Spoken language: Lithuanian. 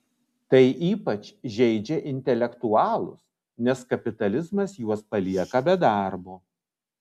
tai ypač žeidžia intelektualus nes kapitalizmas juos palieka be darbo